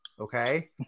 Okay